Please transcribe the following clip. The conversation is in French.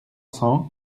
cent